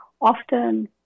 often